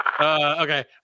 Okay